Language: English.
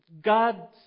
God